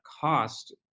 cost